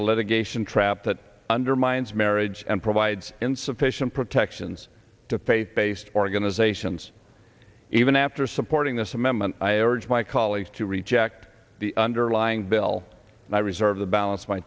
a litigation trap that undermines marriage and provides insufficient protections to faith based organizations even after supporting this amendment i urge my colleagues to reject the underlying bill and i reserve the balance